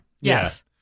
Yes